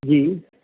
ਜੀ